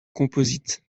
composite